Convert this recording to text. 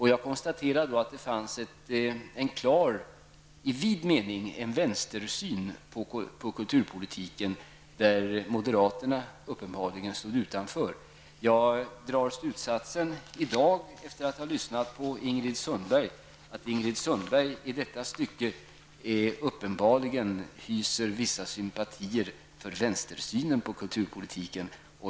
Det fanns en, i vid mening, klar vänstersyn i fråga om kulturpolitiken, där moderaterna uppenbarligen stod utanför. Efter att ha lyssnat till Ingrid Sundberg drar jag i dag slutsatsen att Ingrid Sundberg hyser vissa sympatier för denna vänstersyn när det gäller kulturpolitiken.